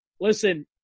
listen